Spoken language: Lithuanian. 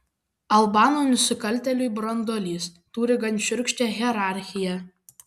albanų nusikaltėlių branduolys turi gan šiurkščią hierarchiją